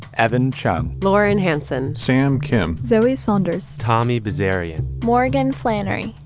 evan chang, lauren hanson, sam kim, zoe saunders, tommy bizzarre area. morgan flannery.